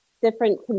different